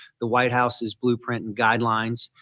the white house's blueprint and guidelines.